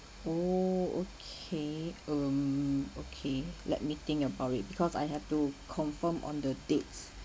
oh okay um okay let me think about it because I have to confirm on the dates